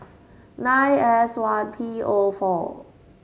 nine S one P O four